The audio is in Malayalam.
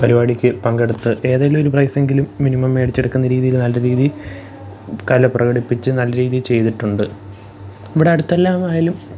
പരിപാടിക്ക് പങ്കെടുത്ത് ഏതേലൊരു പ്രൈസെങ്കിലും മിനിമം മേടിച്ചെടുക്കുന്ന രീതിയില് നല്ല രീതിയില് കല പ്രകടിപ്പിച്ച് നല്ല രീതിയില് ചെയ്തിട്ടുണ്ട് ഇവിടടുത്തെല്ലാമായാലും